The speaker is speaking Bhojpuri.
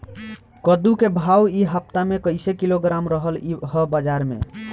कद्दू के भाव इ हफ्ता मे कइसे किलोग्राम रहल ह बाज़ार मे?